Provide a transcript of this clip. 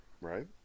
Right